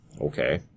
Okay